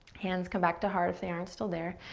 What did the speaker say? hands come back to heart if they aren't still there,